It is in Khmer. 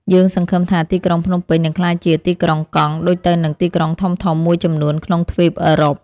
យើងសង្ឃឹមថាទីក្រុងភ្នំពេញនឹងក្លាយជា ទីក្រុងកង់ ដូចទៅនឹងទីក្រុងធំៗមួយចំនួនក្នុងទ្វីបអឺរ៉ុប។